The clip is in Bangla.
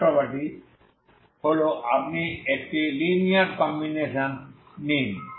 থার্ড প্রপার্টি হল আপনি একটি লিনিয়ার কম্বিনেশনস নিন